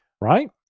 Right